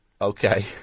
Okay